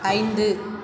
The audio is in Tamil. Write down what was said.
ஐந்து